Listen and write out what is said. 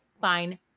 Fine